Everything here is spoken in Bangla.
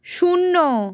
শূন্য